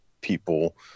people